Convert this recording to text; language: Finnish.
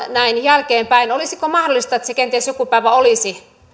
näin jälkeenpäin olisiko mahdollista että siinä kenties joku päivä olisi